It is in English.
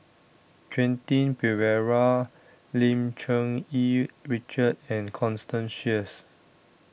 Quentin Pereira Lim Cherng Yih Richard and Constance Sheares